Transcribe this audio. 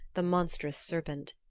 the monstrous serpent.